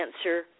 answer